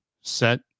set